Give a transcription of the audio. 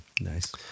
Nice